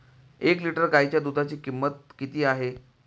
एक लिटर गाईच्या दुधाची किंमत किती आहे?